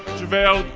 javale,